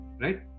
right